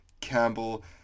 Campbell